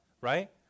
right